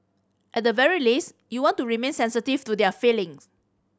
at the very least you want to remain sensitive to their feelings